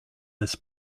this